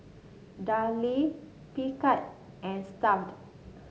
Darlie Picard and Stuff'd